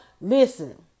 Listen